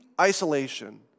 isolation